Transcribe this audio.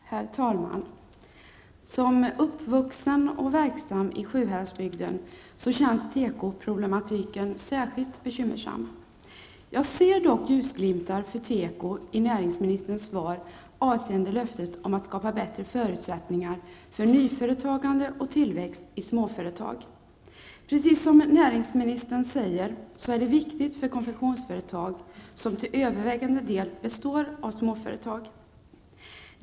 Herr talman! Som uppvuxen och verksam i Sjuhäradsbygden upplever jag tekoproblematiken särskilt bekymmersam. Jag ser dock ljusglimtar för teko i näringsministerns svar avseende löftet om att skapa bättre förutsättningar för nyföretagande och tillväxt i småföretag. Precis som näringsministern säger är det viktigt för konfektionsföretag, som ju till övervägande del består av småföretag.